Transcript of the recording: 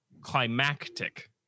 climactic